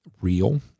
real